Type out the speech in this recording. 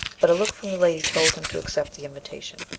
but a look from the lady told him to accept the invitation.